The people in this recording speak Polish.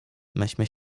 myśmy